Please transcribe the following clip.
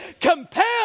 compelled